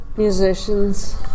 Musicians